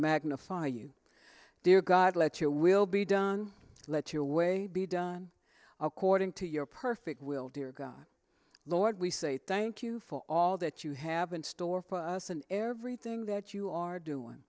magnify you dear god let your will be done let your way be done according to your perfect will dear god lord we say thank you for all that you have been store for us and everything that you are doing